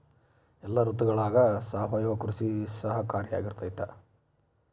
ಎಲ್ಲ ಋತುಗಳಗ ಸಾವಯವ ಕೃಷಿ ಸಹಕಾರಿಯಾಗಿರ್ತೈತಾ?